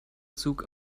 zug